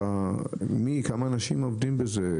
כמה אנשים עובדים בזה?